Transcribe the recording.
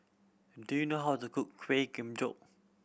do you know how to cook Kueh Kemboja